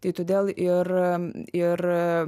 tai todėl ir ir